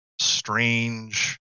strange